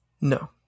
No